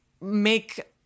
make